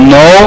no